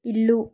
ఇల్లు